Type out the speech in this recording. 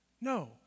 No